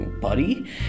Buddy